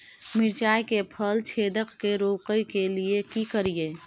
मिर्चाय मे फल छेदक के रोकय के लिये की करियै?